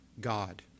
God